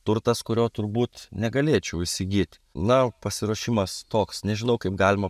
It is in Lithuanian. turtas kurio turbūt negalėčiau įsigyt na pasiruošimas toks nežinau kaip galima